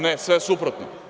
Ne, sve suprotno.